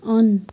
on